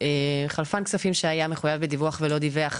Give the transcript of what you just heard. חלפן כספים שהיה מחויב בדיווח ולא דיווח,